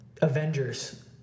Avengers